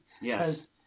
Yes